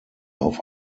auf